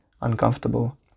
uncomfortable